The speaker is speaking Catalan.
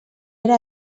era